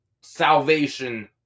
Salvation